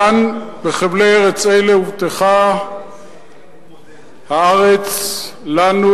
כאן, בחבלי ארץ אלה הובטחה הארץ לנו,